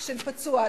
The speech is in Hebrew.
של פצוע".